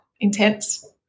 intense